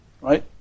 Right